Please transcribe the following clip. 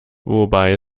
wobei